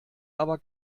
aber